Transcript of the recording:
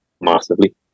massively